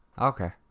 Okay